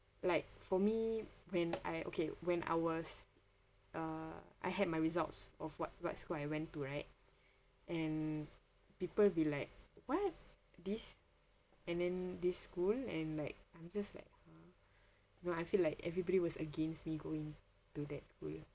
like for me when I okay when I was uh I had my results of what what school I went to right and people be like what this and then this school and like I'm just like !huh! I feel like everybody was against me going to that school